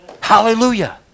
Hallelujah